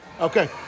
Okay